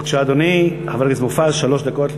בבקשה, אדוני, חבר הכנסת מופז, שלוש דקות לרשותך.